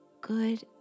good